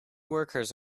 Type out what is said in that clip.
workers